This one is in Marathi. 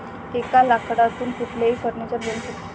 एका लाकडातून कुठले फर्निचर बनू शकते?